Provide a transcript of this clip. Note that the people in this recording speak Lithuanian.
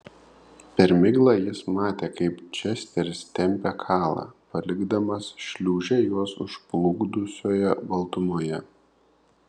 per miglą jis matė kaip česteris tempia kalą palikdamas šliūžę juos užplūdusioje baltumoje